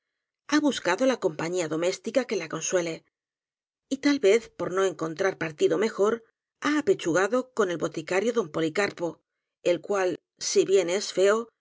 doméstica que la consuele y tal vez por no encontrar partido mejor ha apechugado con el boticario don policarpo el cual si bien es feo